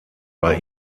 bei